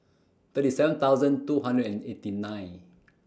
thirty seven thousand two hundred and eighty nine